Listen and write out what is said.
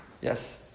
Yes